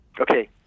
Okay